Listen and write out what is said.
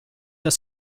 das